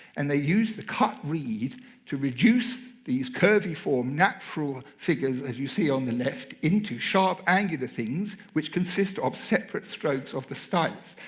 and they used the cut reed to reduce these curvy form, natural figures as you see on the left into sharp, angular things which consist of separate strokes of the stylus.